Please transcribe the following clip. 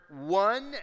one